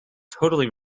totally